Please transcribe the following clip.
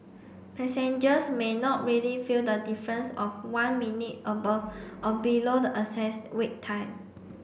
passengers may not really feel the difference of one minute above or below the excess Wait Time